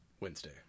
Wednesday